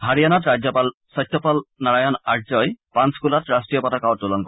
হাৰিয়ানাত ৰাজ্যপাল সত্যপাল নাৰায়ণ আৰ্যই পান্সকুলাত ৰাষ্ট্ৰীয় পতাকা উত্তোলন কৰে